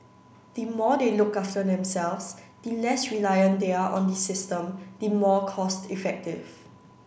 the more they look after themselves the less reliant they are on the system the more cost effective